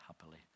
happily